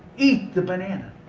eat the banana!